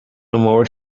more